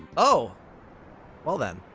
oh well then.